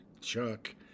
Chuck